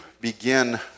begin